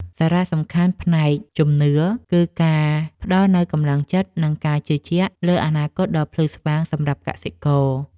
សារៈសំខាន់ផ្នែកជំនឿគឺការផ្ដល់នូវកម្លាំងចិត្ត និងការជឿជាក់លើអនាគតដ៏ភ្លឺស្វាងសម្រាប់កសិករ។